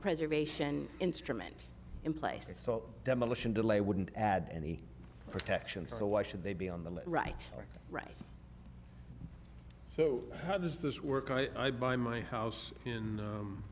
preservation instrument in place so demolition delay wouldn't add any protection so why should they be on the right right so how does this work i buy my house in